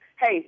Hey